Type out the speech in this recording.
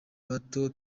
bato